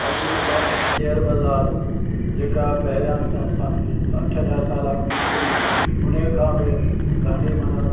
अॼ जी शेयर बाज़ारि जेका पहिरियों असां अठ ॾह साल अॻ में हुई उन जे खां बि गांडी माना